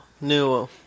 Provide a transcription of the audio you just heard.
new